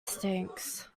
stinks